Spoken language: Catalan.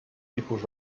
tipus